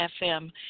FM